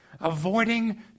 Avoiding